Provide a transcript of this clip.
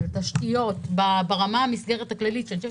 של תשתיות ברמת המסגרת הכללית אני חושבת